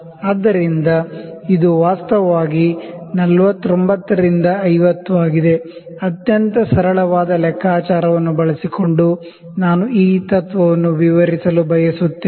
ಆದ್ದರಿಂದ ಇದು ವಾಸ್ತವವಾಗಿ 49 ರಿಂದ 50 ಆಗಿದೆ ಅತ್ಯಂತ ಸರಳವಾದ ಲೆಕ್ಕಾಚಾರವನ್ನು ಬಳಸಿಕೊಂಡು ನಾನು ಈ ತತ್ವವನ್ನು ವಿವರಿಸಲು ಬಯಸುತ್ತೇನೆ